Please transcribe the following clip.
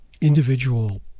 individual